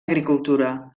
agricultura